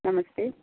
नमस्ते